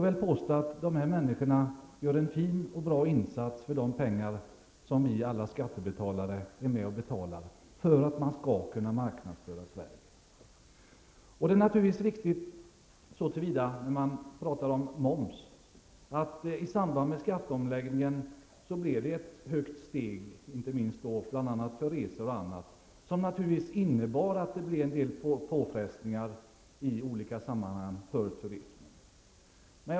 Dessa människor gör en fin och bra insats för de pengar som alla vi skattebetalare är med och betalar för att kunna marknadsföra Sverige. När man pratar om moms är det naturligtvis riktigt, att i samband med skatteomläggningen blev det ett högt steg uppåt, inte minst för resor. Det innebar naturligtvis en del påfrestningar i olika sammanhang för turismen.